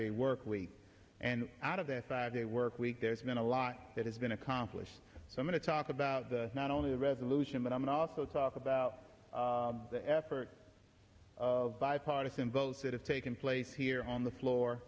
day work week and out of that five day work week there's been a lot that has been accomplished so i'm going to talk about the not only the resolution but i'm also talk about the effort of bipartisan votes that have taken place here on the floor